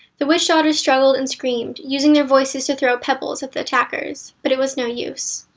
the witchdaughters struggled and screamed, using their voices to throw pebbles at the attackers, but it was no use.